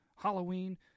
Halloween